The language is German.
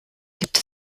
gibt